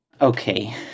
okay